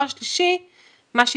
מה ההכשרה?